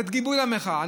לתת גיבוי למחאה,